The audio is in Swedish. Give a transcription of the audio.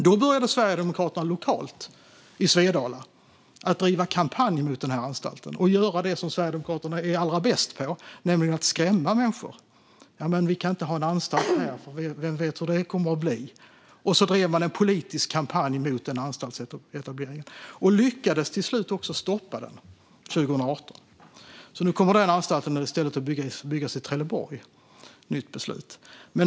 Då började Sverigedemokraterna lokalt i Svedala att driva kampanj mot anstalten och göra det som Sverigedemokraterna är allra bäst på, nämligen att skrämma människor. Det går inte att ha en anstalt här, för vem vet hur det kommer att bli. Så drev man en politisk kampanj mot den anstaltsetableringen, och man lyckades till slut stoppa den 2018. Efter ett nytt beslut kommer nu den anstalten att i stället byggas i Trelleborg.